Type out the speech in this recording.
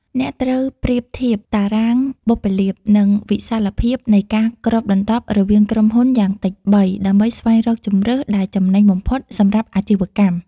អ្នកត្រូវប្រៀបធៀប តារាងបុព្វលាភ និងវិសាលភាពនៃការគ្របដណ្ដប់រវាងក្រុមហ៊ុនយ៉ាងតិច ៣ ដើម្បីស្វែងរកជម្រើសដែលចំណេញបំផុតសម្រាប់អាជីវកម្ម។